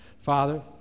Father